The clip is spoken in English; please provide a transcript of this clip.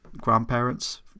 Grandparents